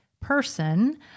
person